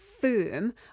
firm